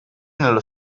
nello